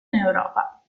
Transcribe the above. europa